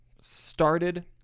started